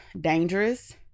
dangerous